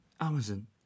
Amazon